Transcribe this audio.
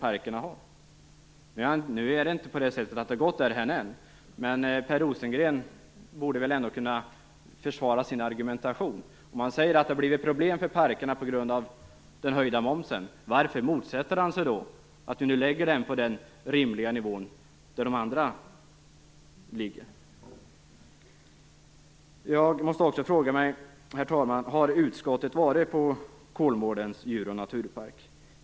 Ännu har det inte gått dithän, men Per Rosengren borde kunna försvara sin argumentation. Om han säger att det har blivit problem för djurparkerna på grund av den höjda momsen, varför motsätter han sig då att den sänks till en rimlig nivå? Herr talman! Jag måste också fråga: Har utskottsledamöterna varit på Kolmårdens djur och naturpark?